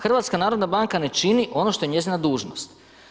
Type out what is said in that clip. HNB ne čini ono što je njezina dužnost.